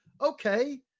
Okay